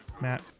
Matt